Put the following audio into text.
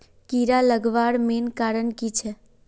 कीड़ा लगवार मेन कारण की छे?